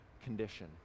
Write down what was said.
condition